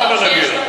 הבה נגילה.